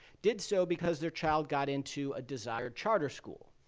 did so because their child got into a desired charter school.